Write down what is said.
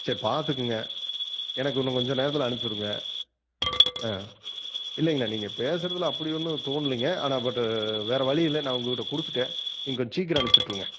சரி பார்த்துக்குங்க எனக்கு இன்னும் கொஞ்ச நேரத்தில் அனுப்பிச்சுடுங்க இல்லைங்கண்ணா நீங்கள் பேசுகிறதுல அப்படி ஒன்றும் தோணலைங்க ஆனால் பட்டு வேறு வழி இல்லை நான் உங்கள் கிட்டே கொடுத்துட்டேன் நீங்கள் கொஞ்சம் சீக்கிரம் அனுப்பிச்சுட்ருங்க